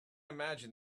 imagine